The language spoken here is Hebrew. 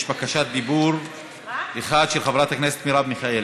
יש בקשת דיבור אחת של חברת הכנסת מרב מיכאלי.